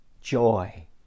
joy